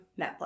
Netflix